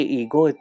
ego